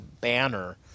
banner